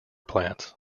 plants